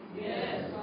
Yes